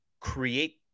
create